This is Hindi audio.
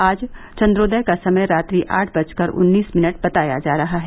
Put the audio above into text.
आज चन्द्रोदय का समय रात्रि आठ बजकर उन्नीस मिनट बताया जा रहा है